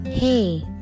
Hey